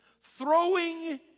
Throwing